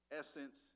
essence